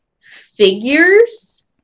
figures